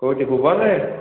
କେଉଁଠି ଭୁବନରେ